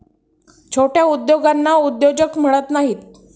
छोट्या उद्योगांना उद्योजक म्हणत नाहीत